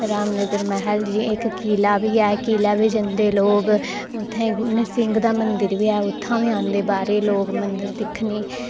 रामनगर मैह्ल च इक किला बी ऐ किला बी जंदे लोक उत्थै नरसिंग दा मंदर बी ऐ उत्थै बी आंदे बाह्रै दे लोक मंदर दिक्खने ई